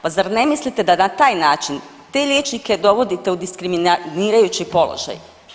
Pa zar ne mislite da na taj način te liječnike dovodite u diskriminirajući položaj.